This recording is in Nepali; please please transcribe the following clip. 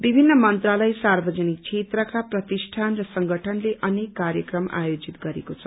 विभिन्न मन्त्रालय सार्वजनिक क्षेत्रका प्रतिष्ठान र संगठनले अनेक कार्यक्रम आयोजित गरेको छ